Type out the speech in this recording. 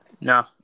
No